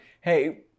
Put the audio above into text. hey